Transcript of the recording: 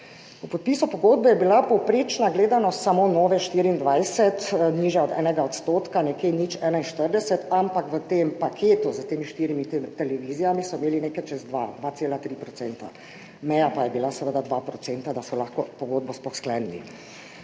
Ob podpisu pogodbe je bila povprečna gledanost samo Nove24 nižja od enega odstotka, okrog 0,41, ampak v tem paketu s temi štirimi televizijami so imeli nekaj čez 2, 2,3 %, meja pa je bila seveda 2 %, da so lahko pogodbo sploh sklenili.